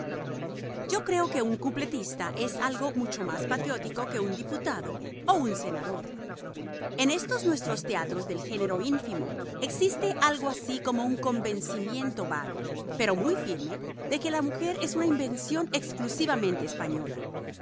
yo creo que una cupletista es algo mucho más patriótico que un diputado o que un senador en todos nuestros teatros del género ínfimo existe algo así como un convencimiento vago pero muy firme de que la mujer es una invención exclusivamente española